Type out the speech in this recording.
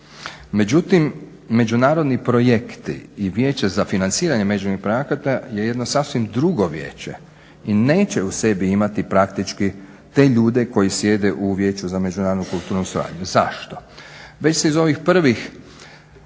Međutim, međunarodni projekti i Vijeće za financiranje međunarodnih projekata je jedno sasvim drugo vijeće i neće u sebi imati praktički te ljude koji sjede u Vijeće za međunarodnu kulturnu suradnju. Zašto? Već se iz ovih prvih